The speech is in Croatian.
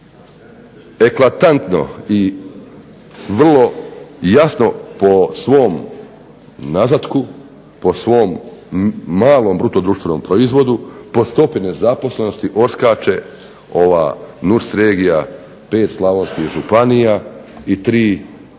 eklatantno i vrlo jasno po svom nazvatku, po svom malom bruto društvenom proizvodu, po stopi nezaposlenosti odskače ova NUC regija pet slavonskih županija i 3 one